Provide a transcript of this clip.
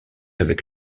avec